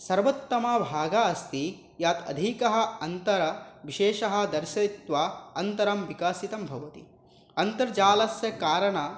सर्वोत्तमभागः अस्ति यत् अधिकः अन्तरविशेषं दर्शयित्वा अन्तरं विकासितं भवति अन्तर्जालस्य कारणं